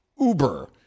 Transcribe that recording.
Uber